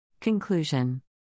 Conclusion